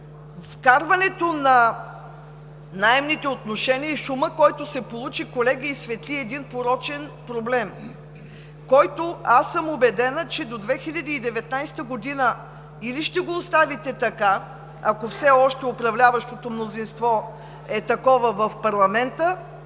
Вкарването на наемните отношения и шумът, който се получи, колеги, изсветли един порочен проблем, който съм убедена, че до 2019 г. или ще го оставите така, ако все още управляващото мнозинство е такова в парламента,